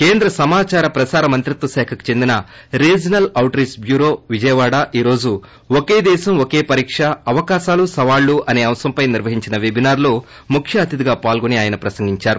కేంద్ర సమాచార ప్రసార మంత్రిత్వ శాఖకు చెందిన regional outreach bureau Vijayawada ఈ రోజు ఒకే దేశం ఒకే పరీక్ష అవకాశాలు సవాళ్ళుఅసే అంశంపై నిర్వహించిన పెబినార్ లో ముఖ్య అతిధిగా పాల్గొని ఆయన ప్రసంగించారు